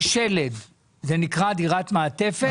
את הרוכש, כרוכש של מעטפת?